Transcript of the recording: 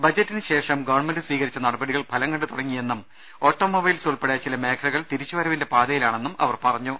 ബജറ്റിന് ശേഷം ഗവൺമെന്റ് സ്വീകരിച്ച നടപടികൾ ഫലം കണ്ട് തുടങ്ങിയെന്നും ഓട്ടോമൊബൈൽസ് ഉൾപ്പെടെ ചില മേഖലകൾ തിരിച്ചുവരവിന്റെ പാതയിലാണെന്നും അവർ പറഞ്ഞു